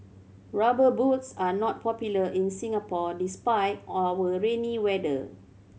Rubber Boots are not popular in Singapore despite our rainy weather